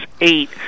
eight